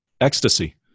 Ecstasy